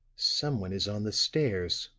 someone is on the stairs,